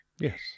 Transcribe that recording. Yes